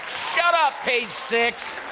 shut up, page six.